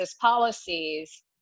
policies